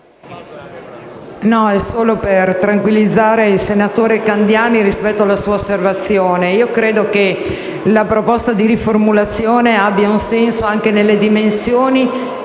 volevo solo tranquillizzare il senatore Candiani rispetto alla sua osservazione. Io credo che la proposta di riformulazione abbia un senso anche nelle dimensioni